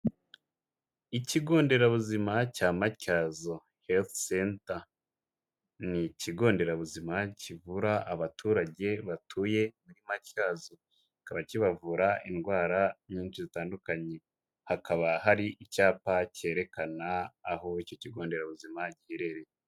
Ikigo nderabuzima cya Matyazo Health Center. Ni ikigo nderabuzima kivura abaturage batuye muri Matyazo. Kikaba kibavura indwara nyinshi zitandukanye. Hakaba hari icyapa cyerekana aho icyo kigo nderabuzima giherereye.